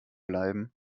bleiben